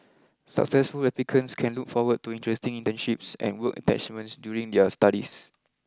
successful applicants can look forward to interesting internships and work attachments during their studies